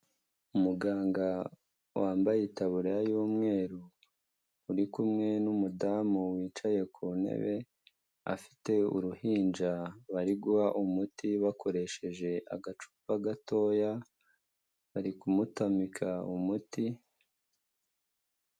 Umuganga wambaye itabuya yu'umweru uri kumwe n'umudamu wicaye ku ntebe afite uruhinja bari guha umuti bakoresheje agacupa gatoya, bari kumutamika umuti.